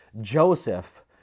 Joseph